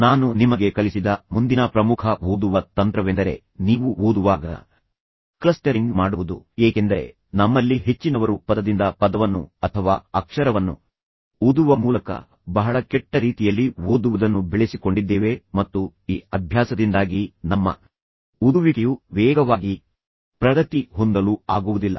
ನಾನು ನಿಮಗೆ ಕಲಿಸಿದ ಮುಂದಿನ ಪ್ರಮುಖ ಓದುವ ತಂತ್ರವೆಂದರೆ ನೀವು ಓದುವಾಗ ಕ್ಲಸ್ಟರಿಂಗ್ ಮಾಡುವುದು ಏಕೆಂದರೆ ನಮ್ಮಲ್ಲಿ ಹೆಚ್ಚಿನವರು ಪದದಿಂದ ಪದವನ್ನು ಓದುವ ಮೂಲಕ ಅಥವಾ ಅಕ್ಷರದಿಂದ ಅಕ್ಷರವನ್ನು ಓದುವ ಮೂಲಕ ಬಹಳ ಕೆಟ್ಟ ರೀತಿಯಲ್ಲಿ ಓದುವುದನ್ನು ಬೆಳೆಸಿಕೊಂಡಿದ್ದೇವೆ ಮತ್ತು ಈ ಅಭ್ಯಾಸದಿಂದಾಗಿ ನಮ್ಮ ಓದುವಿಕೆಯು ವೇಗವಾಗಿ ಪ್ರಗತಿ ಹೊಂದಲು ಆಗುವುದಿಲ್ಲ